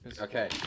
okay